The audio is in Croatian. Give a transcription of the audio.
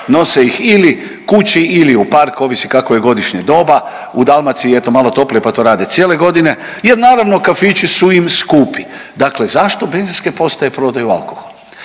nose ih ili kući ili u park, ovisi kakvo je godišnje doba, u Dalmaciji je eto malo toplije, pa to rade cijele godine, jer naravno kafići su im skupi. Dakle, zašto benzinske postaje prodaju alkohol?